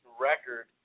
record